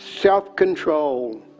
Self-control